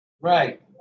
Right